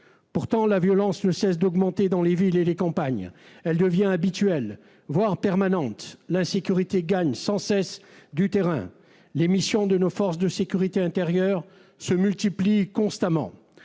Pourtant, la violence ne cesse d'augmenter dans les villes comme dans les campagnes. Elle devient habituelle, voire permanente. L'insécurité gagne sans cesse du terrain. Les missions de nos forces de sécurité intérieure se multiplient constamment.